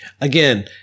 Again